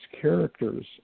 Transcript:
characters